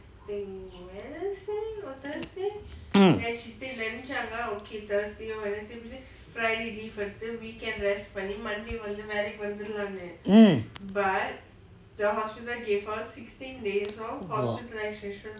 mm mm oh